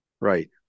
Right